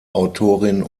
autorin